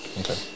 okay